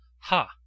ha